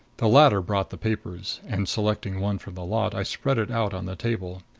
the latter brought the papers and, selecting one from the lot, i spread it out on the table.